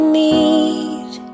need